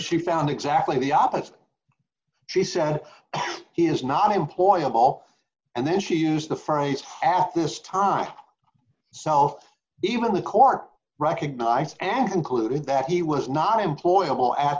she found exactly the opposite she said he is not employable and then she used the phrase half this time south even the court recognized and included that he was not employable at